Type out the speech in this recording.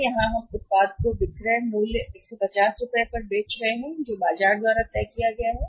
इसलिए यहां हम उत्पाद विक्रय मूल्य 150 बेच रहे हैं जो बाजार द्वारा तय किया गया है